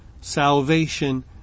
salvation